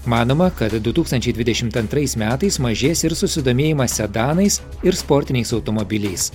manoma kad du tūkstančiai dvidešimt antrais metais mažės ir susidomėjimas sedanais ir sportiniais automobiliais